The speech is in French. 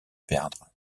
perdre